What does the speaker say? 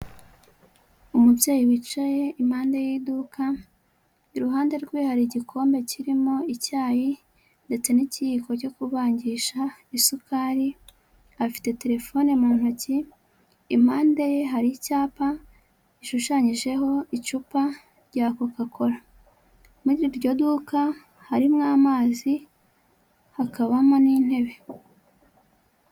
Umubyeyi wicaye impande y'iduka, iruhande rwe hari igikombe kirimo icyayi ndetse n'ikiyiko cyo kuvangisha isukari, afite terefone mu ntoki, impande ye hari icyapa gishushanyijeho icupa rya Kokakola, muri iryo duka harimo amazi, hakabamo n'intebe.